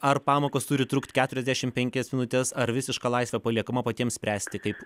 ar pamokos turi trukt keturiasdešim penkias minutes ar visiška laisvė paliekama patiems spręsti kaip